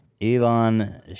Elon